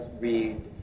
read